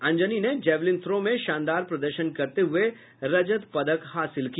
अंजनी ने javelin throw में शानदार प्रदर्शन करते हुए रजत पदक हासिल किया